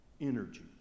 energy